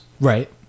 right